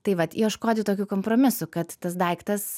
tai vat ieškoti tokių kompromisų kad tas daiktas